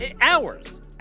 Hours